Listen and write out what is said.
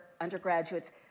undergraduates